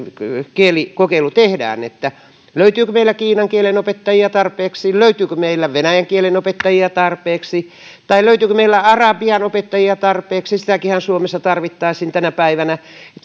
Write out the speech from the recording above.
kielikokeilu tehdään löytyykö meillä kiinan kielen opettajia tarpeeksi löytyykö meillä venäjän kielen opettajia tarpeeksi tai löytyykö meillä arabian opettajia tarpeeksi sitäkinhän suomessa tarvittaisiin tänä päivänä